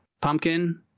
pumpkin